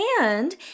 and-